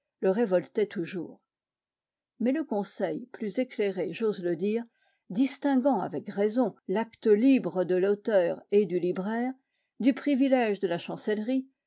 le révoltait toujours mais le conseil plus éclairé j'ose le dire distinguant avec raison l'acte libre de l'auteur et du libraire du privilège de la chancellerie